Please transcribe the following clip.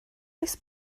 oes